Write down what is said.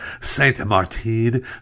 Saint-Martin